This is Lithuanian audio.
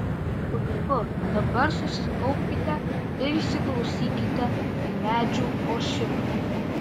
puiku dabar susikaupkite ir įsiklausykite į medžių ošimą